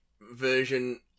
version